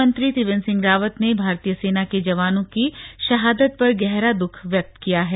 मुख्यमंत्री त्रिवेन्द्र सिंह रावत ने भारतीय सेना के जवानों की शहादत पर गहरा दुःख व्यक्त किया है